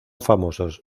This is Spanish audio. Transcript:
famosos